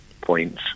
points